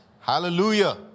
hallelujah